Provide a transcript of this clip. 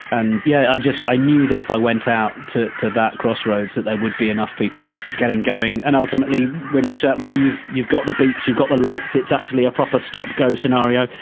and yeah, i just i knew that if i went out to to that crossroads that there would be enough people getting going. and ultimately, when you're sat there, you've you've got the beeps, you've got the lights. it's actually a proper stop go scenario.